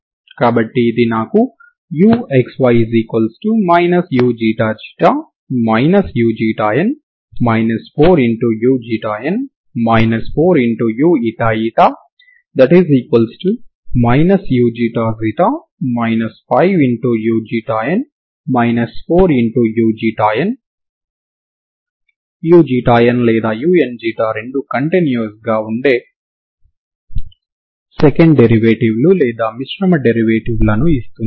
కాబట్టి ఇది నాకు uxy uξ ξ uξ η 4uξ η 4uηη uξ ξ 5uξ η 4uηη uξ η లేదా uηξ రెండూ కంటిన్యూస్ గా ఉండే సెకండ్ డెరివేటివ్ లు లేదా మిశ్రమ డెరివేటివ్ లని ఇస్తుంది